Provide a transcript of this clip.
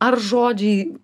ar žodžiai